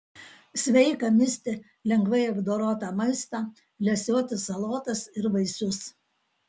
sveika misti lengvai apdorotą maistą lesioti salotas ir vaisius